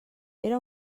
era